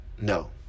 no